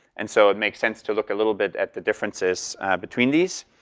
and so it makes sense to look a little bit at the differences between these.